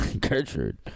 Gertrude